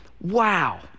Wow